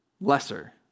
lesser